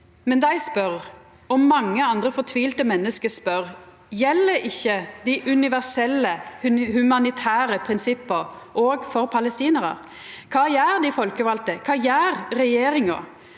Men dei spør, og mange andre fortvilte menneske spør: Gjeld ikkje dei universelle, humanitære prinsippa òg for palestinarar? Kva gjer dei folkevalde? Kva gjer regjeringa?